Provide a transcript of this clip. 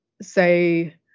say